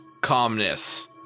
calmness